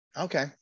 Okay